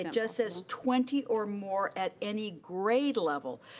it just says twenty or more at any grade level.